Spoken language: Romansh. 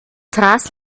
tras